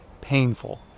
painful